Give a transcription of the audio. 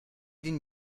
den